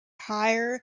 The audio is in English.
higher